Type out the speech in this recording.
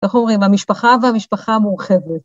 אנחנו אומרים, המשפחה והמשפחה המורחבת.